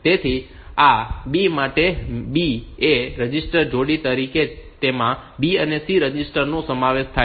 તેથી આ B માટે B એ A રજિસ્ટર જોડી તરીકે તેમાં B અને C રજિસ્ટર નો સમાવેશ થાય છે